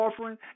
offering